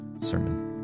sermon